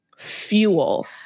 fuel